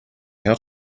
how